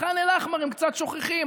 את ח'אן אל-אחמר הם קצת שוכחים.